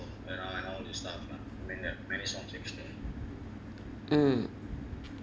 mm